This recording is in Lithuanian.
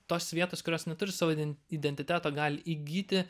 tos vietos kurios neturi savo iden identitetą gali įgyti